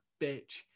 bitch